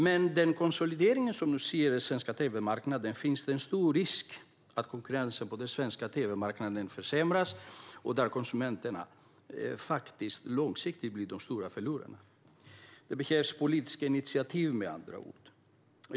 Med den konsolidering av den svenska tv-marknaden som nu sker finns det en stor risk att konkurrensen på marknaden försämras. Där blir konsumenterna långsiktigt de stora förlorarna. Det behövs med andra ord politiska initiativ.